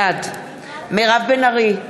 בעד מירב בן ארי,